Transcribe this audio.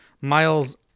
Miles